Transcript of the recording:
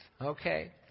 Okay